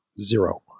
Zero